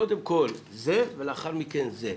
קודם כל זה, ולאחר מכן זה.